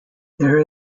there